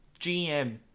GM